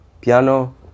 piano